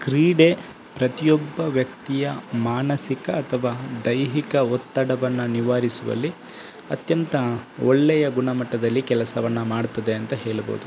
ಕ್ರೀಡೆ ಪ್ರತಿಯೊಬ್ಬ ವ್ಯಕ್ತಿಯ ಮಾನಸಿಕ ಅಥವಾ ದೈಹಿಕ ಒತ್ತಡವನ್ನು ನಿವಾರಿಸುವಲ್ಲಿ ಅತ್ಯಂತ ಒಳ್ಳೆಯ ಗುಣಮಟ್ಟದಲ್ಲಿ ಕೆಲಸವನ್ನು ಮಾಡುತ್ತದೆ ಅಂತ ಹೇಳಬಹುದು